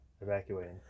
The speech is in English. Evacuating